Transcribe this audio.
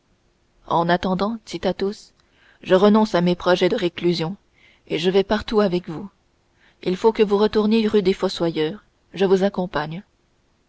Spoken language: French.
en attendant dit athos je renonce à mes projets de réclusion et je vais partout avec vous il faut que vous retourniez rue des fossoyeurs je vous accompagne